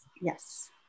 yes